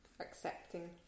Accepting